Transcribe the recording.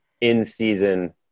in-season